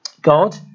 God